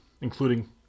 including